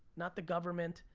not the government,